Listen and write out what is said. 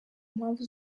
mpamvu